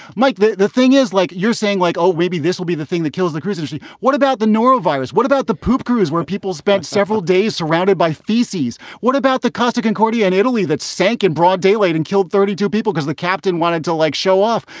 like the the thing is, like you're saying like, oh, maybe this will be the thing that kills the christmas tree. what about the norovirus? what about the poop cruise where people spent several days surrounded by feces? what about the costa concordia in italy that sank in broad daylight and killed thirty two people because the captain wanted to, like, show off?